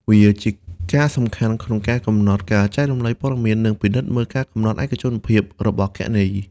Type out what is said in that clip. វាជាការសំខាន់ក្នុងការកំណត់ការចែករំលែកព័ត៌មាន និងពិនិត្យមើលការកំណត់ឯកជនភាពរបស់គណនី។